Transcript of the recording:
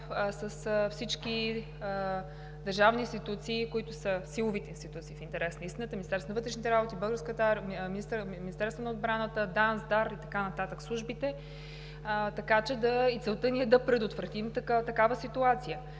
с всички държавни институции. Силовите институции в интерес на истината: Министерството на вътрешните работи, Българската армия, Министерството на отбраната, ДАНС, ДАР – службите, така че целта ни е да предотвратим такава ситуация.